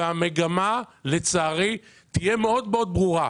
והמגמה תהיה מאוד ברורה,